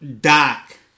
Doc